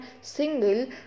single